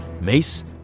Mace